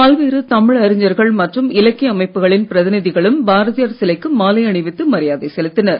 பல்வேறு தமிழ் அறிஞர்கள் மற்றும் இலக்கிய அமைப்புகளின் பிரதிநிதிகளும் பாரதியார் சிலைக்கு மாலை அணிவித்து மரியாதை செலுத்தினர்